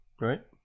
Right